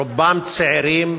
רובם צעירים,